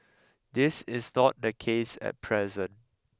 this is not the case at present